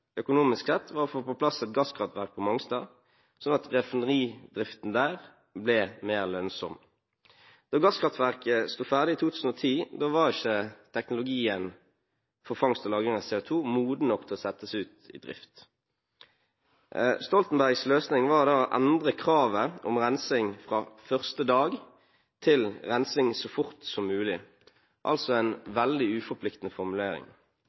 økonomisk sett, var å få på plass et gasskraftverk på Mongstad, slik at raffineridriften der ble mer lønnsom. Da gasskraftverket sto ferdig i 2010, var ikke teknologien for fangst og lagring av CO2 moden nok til å settes ut i drift. Stoltenbergs løsning var da å endre kravet om rensing fra første dag til rensing så fort som mulig – altså en veldig uforpliktende formulering.